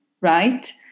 right